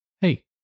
Hey